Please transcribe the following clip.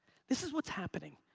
this is what's happening.